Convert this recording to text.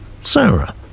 Sarah